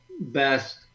best